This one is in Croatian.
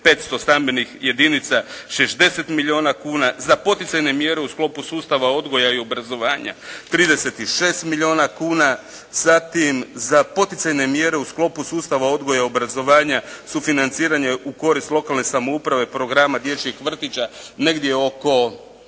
2500 stambenih jedinica 60 milijuna kuna, za poticajne mjere u sklopu sustava odgoja i obrazovanja 36 milijuna kuna, zatim za poticajne mjere u sklopu sustava odgoja i obrazovanja sufinanciranje u korist lokalne samouprave programa dječjih vrtića negdje oko